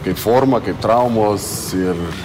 kaip forma kaip traumos ir